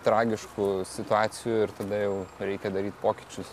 tragiškų situacijų ir tada jau reikia daryt pokyčius